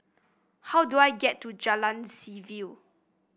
how do I get to Jalan Seaview